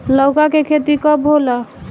लौका के खेती कब होला?